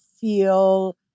feel